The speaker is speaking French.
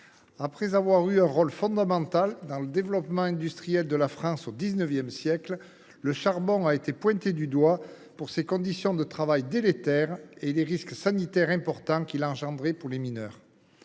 Après avoir eu un rôle fondamental dans le développement industriel de la France au XIX siècle, le charbon a été pointé du doigt en raison des conditions de travail délétères des mineurs et des risques sanitaires importants qu’il engendrait. Le charbon